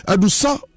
Adusa